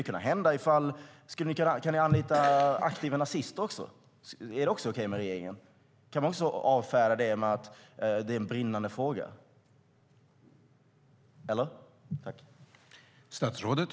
Kan ni anlita aktiva nazister också? Är det också okej med regeringen? Kan man avfärda det också med att det är en brinnande fråga som behöver utredas?